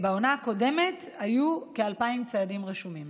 בעונה הקודמת היו כ-2,000 ציידים רשומים.